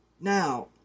Now